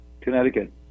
connecticut